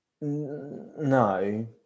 No